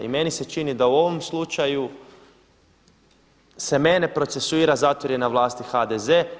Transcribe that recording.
I meni se čini da u ovom slučaju se mene procesuira zato jer je na vlasti HDZ.